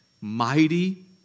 mighty